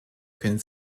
können